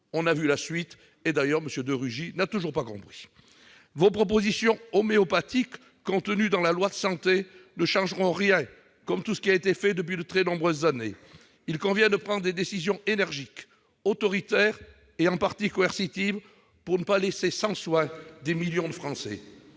On a vu la suite ... M. de Rugy n'a d'ailleurs toujours pas compris ! Les propositions homéopathiques contenues dans la loi Santé ne changeront rien, comme tout ce qui a été fait depuis de très nombreuses années. Il convient de prendre des décisions énergiques, autoritaires et en partie coercitives pour ne pas laisser sans soins des millions de Français.